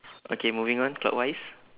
okay moving on clockwise